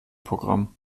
programm